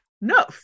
No